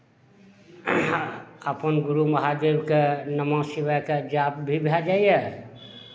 अपन गुरु महादेवके नम शिवायके जाप भी भए जाइए